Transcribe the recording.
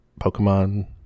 Pokemon